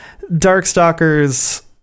Darkstalkers